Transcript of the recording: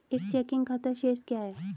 एक चेकिंग खाता शेष क्या है?